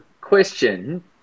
question